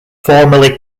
formerly